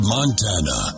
Montana